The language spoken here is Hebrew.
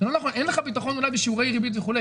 אין לך ביטחון אולי בשיעורי ריבית וכו'